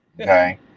Okay